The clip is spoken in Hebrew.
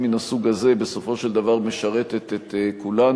מן הסוג הזה בסופו של דבר משרתות את כולנו.